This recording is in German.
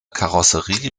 karosserie